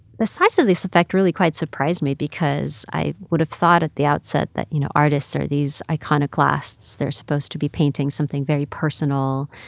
the size of this effect really quite surprised me because i would have thought at the outset that, you know, artists are these iconoclasts. they're supposed to be painting something very personal.